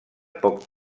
poc